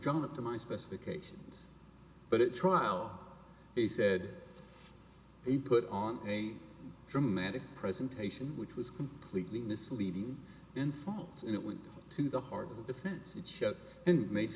drawn up to my specifications but it trial they said they put on a dramatic presentation which was completely misleading in fault and it went to the heart of the defense it showed and ma